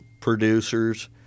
producers